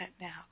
now